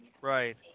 Right